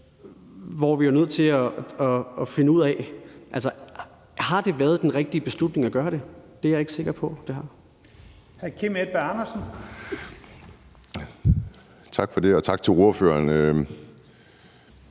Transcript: hvor vi jo er nødt til at finde ud af, om det har været den rigtige beslutning at gøre det. Det er jeg ikke sikker på